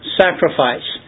sacrifice